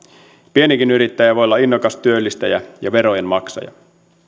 pienikin yrittäjä voi olla innokas työllistäjä ja verojen maksaja